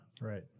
Right